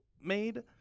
made